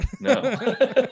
no